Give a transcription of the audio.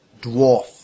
dwarf